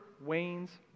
wanes